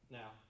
now